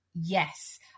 yes